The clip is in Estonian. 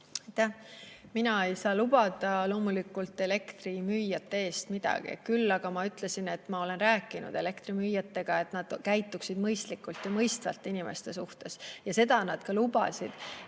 Mina ei saa loomulikult lubada elektrimüüjate eest midagi, küll aga ma ütlesin, et ma olen rääkinud elektrimüüjatega, et nad käituksid mõistlikult ja mõistvalt inimeste suhtes. Ja seda nad lubasid,